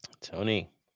Tony